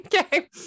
Okay